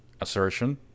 assertion